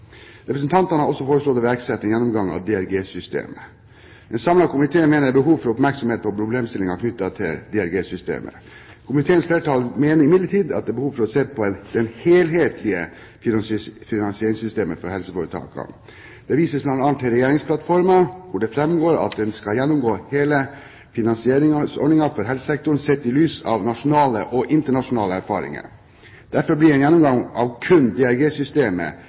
Representantene har også foreslått å iverksette en gjennomgang av DRG-systemet. En samlet komité mener det er behov for oppmerksomhet på problemstillingene knyttet til DRG-systemet. Komiteens flertall mener imidlertid at det er behov for å se på det helhetlige finansieringssystemet for helseforetakene. Det vises bl.a. til regjeringsplattformen, hvor det framgår at en skal gjennomgå hele finansieringsordningen for helsesektoren sett i lys av nasjonale og internasjonale erfaringer. Derfor blir en gjennomgang av kun